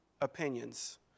opinions